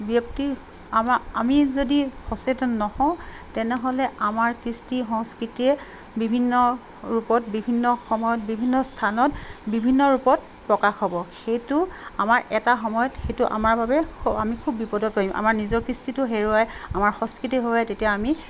ব্যক্তি আমা আমি যদি সচেতন নহওঁ তেনেহ'লে আমাৰ কৃষ্টি সংস্কৃতিয়ে বিভিন্ন ৰূপত বিভিন্ন সময়ত বিভিন্ন স্থানত বিভিন্ন ৰূপত প্ৰকাশ হ'ব সেইটো আমাৰ এটা সময়ত সেইটো আমাৰ বাবে আমি খুব বিপদত পৰিম আমাৰ নিজৰ কৃষ্টিটো হেৰুৱাই আমাৰ সংস্কৃতি হেৰুৱাই তেতিয়া আমি